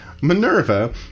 Minerva